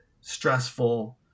stressful